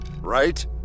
right